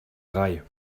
drei